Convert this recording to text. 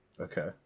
Okay